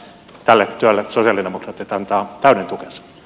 tälle työlle sosialidemokraatit antavat täyden tukensa